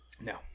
No